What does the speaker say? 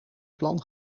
plan